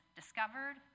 discovered